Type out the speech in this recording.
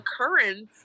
occurrence